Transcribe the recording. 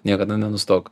niekada nenustok